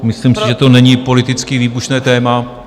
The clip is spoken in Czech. Myslím si, že to není politicky výbušné téma.